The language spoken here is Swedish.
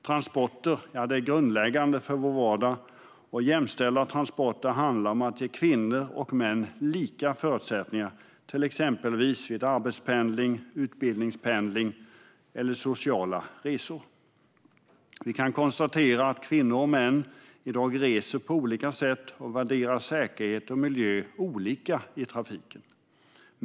Transporter är grundläggande för vår vardag, och jämställda transporter handlar om att ge kvinnor och män lika förutsättningar vid exempelvis arbetspendling, utbildningspendling och sociala resor. Vi kan konstatera att kvinnor och män i dag reser på olika sätt och värderar säkerhet och miljö olika i trafiken.